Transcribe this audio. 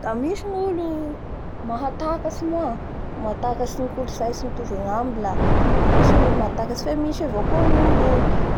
Eeee! Da misy ny gnolo oo, mahatakatsy moa mahatakatsy ny kolontsay tsy mitovy anazy la misy gnolo mahatakatsy fe misy avao koa gnolo